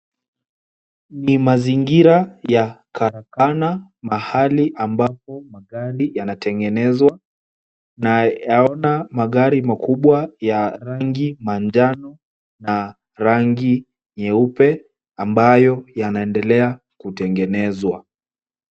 Ni mazingira ya karakana, mahali ambapo magari yanatengenezwa. Nayaona magari makubwa ya rangi manjano na rangi nyeupe ambayo yanaendelea kutengenezwa.